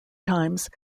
times